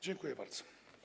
Dziękuję bardzo.